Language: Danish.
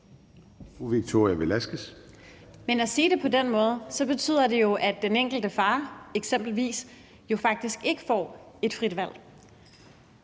Men at sige det på den måde betyder jo, at den enkelte far eksempelvis ikke får et frit valg